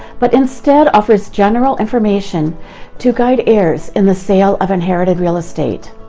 but instead offers general information to guide heirs in the sale of inherited real estate.